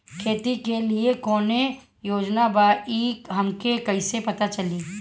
खेती के लिए कौने योजना बा ई हमके कईसे पता चली?